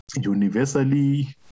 universally